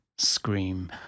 Scream